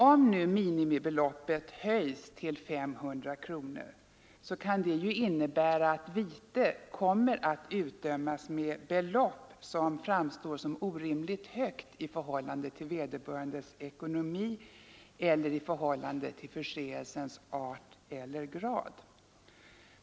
Om minimibeloppet nu höjs till 500 kronor kan det medföra att vite kommer att utdömas med belopp som framstår som orimligt högt med tanke på vederbörandes ekonomi eller med hänsyn till förseelsens art eller grad.